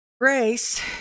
grace